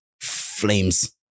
flames